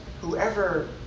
whoever